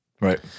Right